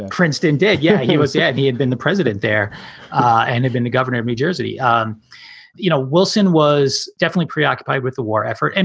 princeton did. yeah, he was yeah. he had been the president there and had been the governor of new jersey. um you know, wilson was definitely preoccupied with the war effort, and